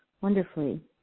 wonderfully